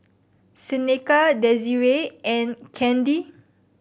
Seneca Desirae and Kandy